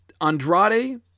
Andrade